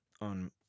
on